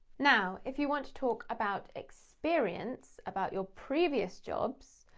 now, if you want to talk about experience, about your previous jobs,